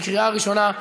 בקריאה ראשונה.